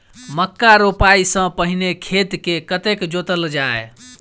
मक्का रोपाइ सँ पहिने खेत केँ कतेक जोतल जाए?